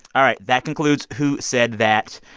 all right. that concludes who said that?